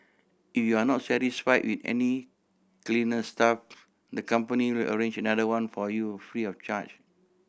if you are not satisfy with any cleaner staff the company will arrange another one for you free of charge